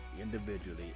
individually